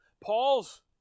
Paul's